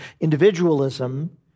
individualism